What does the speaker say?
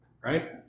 Right